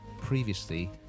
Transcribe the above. previously